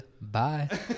Bye